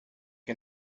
que